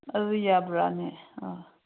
ꯑꯗꯨ ꯌꯥꯕ꯭ꯔꯅꯦ ꯑꯣ